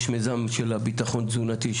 יש מיזם של הביטחון תזונתי,